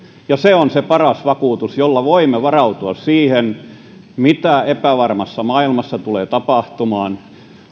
ja se on se paras vakuutus jolla voimme varautua siihen mitä epävarmassa maailmassa tulee tapahtumaan